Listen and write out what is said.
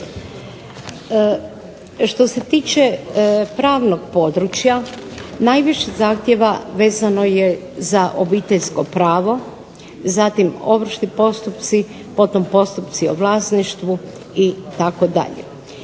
Što se tiče pravnog područja najviše zahtjeva vezano je za obiteljsko pravo, zatim ovršni postupci, potom postupci o vlasništvu itd.